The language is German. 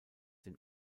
den